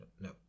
No